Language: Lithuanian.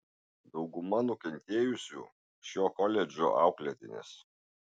dauguma nukentėjusių šio koledžo auklėtinės